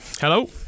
Hello